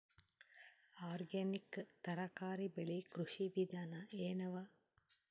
Organic ತರಕಾರಿ ಬೆಳಿ ಕೃಷಿ ವಿಧಾನ ಎನವ?